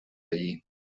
allí